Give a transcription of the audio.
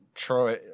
Troy